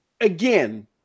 again